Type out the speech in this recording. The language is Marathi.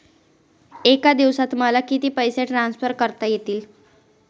एका दिवसात मला किती पैसे ट्रान्सफर करता येतील?